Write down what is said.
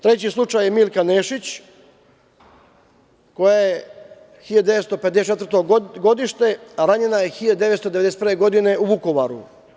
Treći slučaj je Milka Nešić, koja je 1954. godište, ranjena je 1991. godine u Vukovaru.